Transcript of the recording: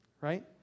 right